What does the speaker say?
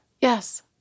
Yes